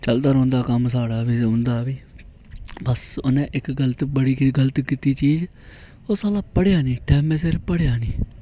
चलदा रौंह्दा हा कम्म साढ़ा बी ते उं'दा बी बस उ'न्नै गल्त इक बड़ी गल्त कीती चीज ओह् साला पढ़ेआ निं टैमे सिर पढ़ेआ निं